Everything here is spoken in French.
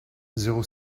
zéro